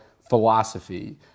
philosophy